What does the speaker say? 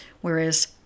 whereas